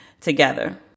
together